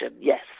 Yes